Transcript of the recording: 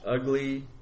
ugly